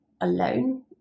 alone